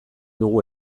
dugu